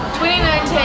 2019